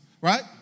Right